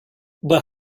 but